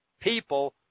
people